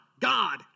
God